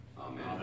Amen